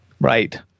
Right